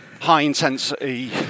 high-intensity